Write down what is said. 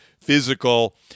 physical